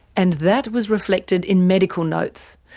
and that was reflected in medical notes,